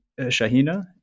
Shahina